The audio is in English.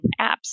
apps